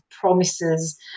promises